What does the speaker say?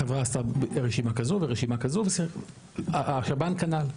חברה עשתה רשימה כזו ורשימה כזו והשב"ן כנ"ל.